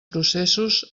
processos